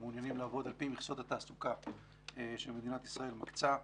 שמעוניינים לעבוד על פי מכסות התעסוקה שמדינת ישראל מקצה,